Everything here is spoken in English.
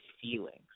feelings